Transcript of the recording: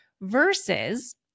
versus